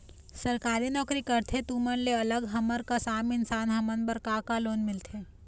सरकारी नोकरी करथे तुमन ले अलग हमर कस आम इंसान हमन बर का का लोन मिलथे?